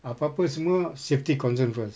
apa apa semua safety concern first